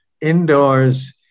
Indoors